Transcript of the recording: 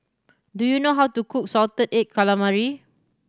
do you know how to cook salted egg calamari